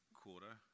quarter